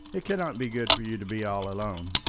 it cannot be good for you to be all alone.